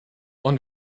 und